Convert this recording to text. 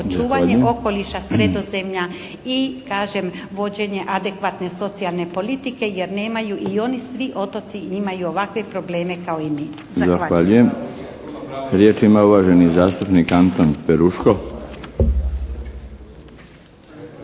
očuvanje okoliša Sredozemlja i kažem vođenje adekvatne socijalne politike jer nemaju i oni svi otoci imaju ovakve probleme kao i mi. Zahvaljujem. **Milinović, Darko